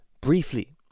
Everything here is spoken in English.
briefly